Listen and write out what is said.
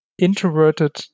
introverted